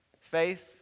Faith